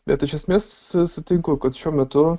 bet iš esmės sutinku kad šiuo metu